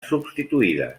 substituïdes